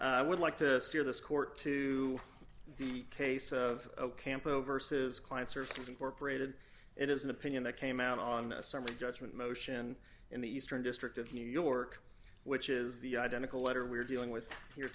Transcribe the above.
i would like to steer this court to the case of campo versus clients or incorporated it is an opinion that came out on a summary judgment motion in the eastern district of new york which is the identical letter we're dealing with